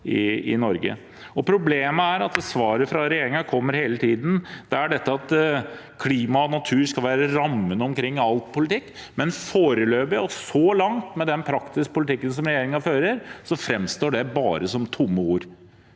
Problemet er at svaret som hele tiden kommer fra regjeringen, er at klima og natur skal være rammen omkring all politikk, men foreløpig og så langt, med den praktiske politikken regjeringen fører, framstår det bare som tomme ord.